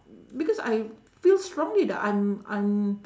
because I feel strongly that I'm I'm